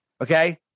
okay